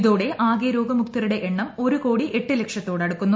ഇതോടെ ആകെ രോഗമുക്തരുടെ എണ്ണം ഒരു കോടി എട്ട് ലക്ഷത്തോടടുക്കുന്നു